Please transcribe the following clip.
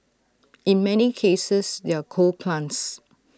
in many cases they're coal plants